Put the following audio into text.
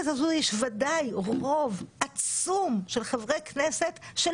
שהיא ועדה שלא